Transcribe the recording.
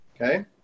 okay